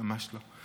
ממש לא.